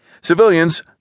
civilians